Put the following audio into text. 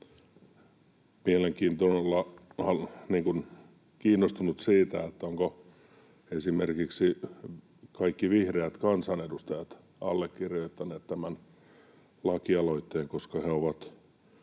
Olenkin kiinnostunut siitä, ovatko esimerkiksi kaikki vihreät kansanedustajat allekirjoittaneet tämän lakialoitteen, koska he ovat